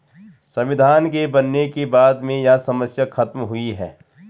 संविधान के बनने के बाद में यह समस्या खत्म हुई है